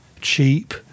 Cheap